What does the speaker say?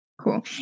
Cool